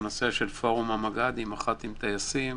בנושא של פורום המג"דים עם מח"טים טייסים